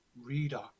reader